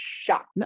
shocked